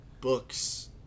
books